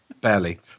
Barely